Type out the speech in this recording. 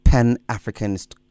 Pan-Africanist